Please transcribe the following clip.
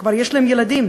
וכבר יש להם ילדים,